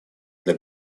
для